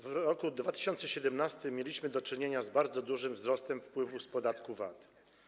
W roku 2017 mieliśmy do czynienia z bardzo dużym wzrostem wpływów z podatku VAT.